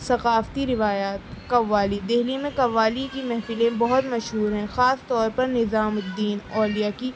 ثقافتی روایات قوالی دہلی میں قوالی کی محفلیں بہت مشہور ہیں خاص طور پر نظام الدین اولیاء کی